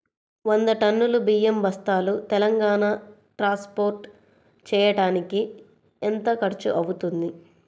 వంద టన్నులు బియ్యం బస్తాలు తెలంగాణ ట్రాస్పోర్ట్ చేయటానికి కి ఎంత ఖర్చు అవుతుంది?